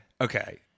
Okay